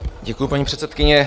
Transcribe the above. Děkuji, paní předsedkyně.